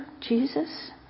Jesus